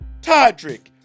Todrick